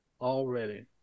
already